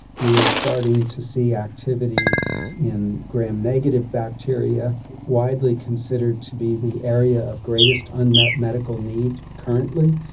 we are starting to see activity in gram-negative bacteria, widely considered to be the area of greatest unmet medical need currently.